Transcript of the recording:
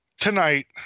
tonight